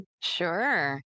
Sure